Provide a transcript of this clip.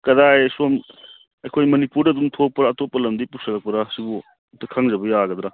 ꯀꯗꯥꯏ ꯁꯣꯝ ꯑꯩꯈꯣꯏ ꯃꯅꯤꯄꯨꯔꯗ ꯑꯗꯨꯝ ꯊꯣꯛꯄ꯭ꯔ ꯑꯇꯣꯞꯄ ꯂꯝꯗꯩ ꯄꯨꯁꯤꯜꯂꯛꯄ꯭ꯔ ꯁꯤꯕꯨ ꯑꯝꯇ ꯈꯪꯖꯕ ꯌꯥꯒꯗ꯭ꯔ